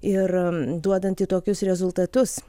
ir duodanti tokius rezultatus